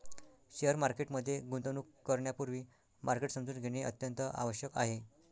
share market मध्ये गुंतवणूक करण्यापूर्वी मार्केट समजून घेणे अत्यंत आवश्यक आहे